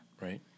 Right